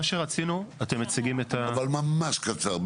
מה שרצינו, אתם מציגים --- אבל ממש קצר.